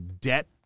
debt